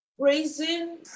Praising